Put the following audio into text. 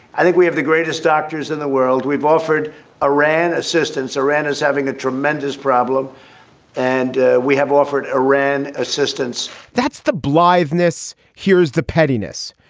i think we have the greatest doctors in the world. we've offered iran assistance. iran is having a tremendous problem and we have offered iran assistance that's the blindness. here is the pettiness.